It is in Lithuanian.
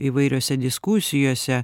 įvairiose diskusijose